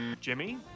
Jimmy